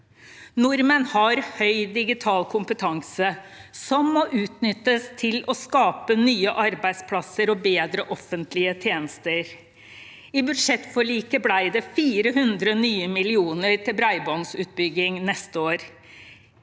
Nordmenn har høy digital kompetanse som må utnyttes til å skape nye arbeidsplasser og bedre offentlige tjenester. I budsjettforliket ble det 400 nye millioner til bredbåndsutbygging neste år.